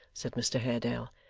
said mr haredale,